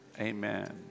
amen